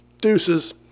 Deuces